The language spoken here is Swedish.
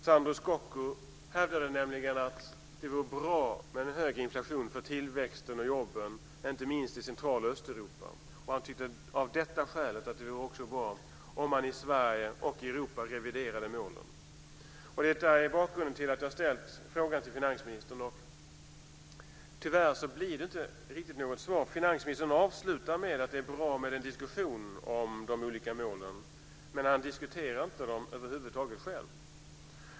Sandro Scocco hävdade nämligen att det vore bra med en hög inflation för tillväxten och jobben inte minst i Central och Östeuropa. Han tyckte av detta skäl också att det vore bra om man i Sverige och i Detta är bakgrunden till att jag har ställt frågan till finansministern. Tyvärr blir det inte något riktigt svar. Finansministern avslutar med att säga att det är bra med en diskussion om de olika målen, men själv diskuterar han dem över huvud taget inte.